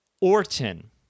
Orton